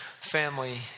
family